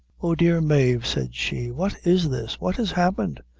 oh, dear mave, said she, what is this? what has happened?